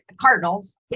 Cardinals